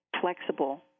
flexible